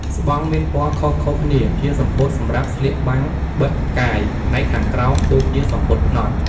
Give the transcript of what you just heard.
ស្បង់មានពណ៌ខុសៗគ្នា ជាសំពត់សម្រាប់ស្លៀកបាំងបិទកាយផ្នែកខាងក្រោម ដូចជាសំពត់ផ្នត់។